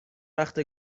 وقته